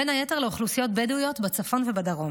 בין היתר לאוכלוסיות בדואיות בצפון ובדרום.